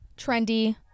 trendy